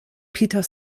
peter